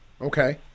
Okay